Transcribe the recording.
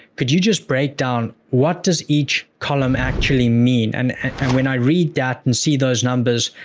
could you just break down what does each column actually mean? and when i read that and see those numbers,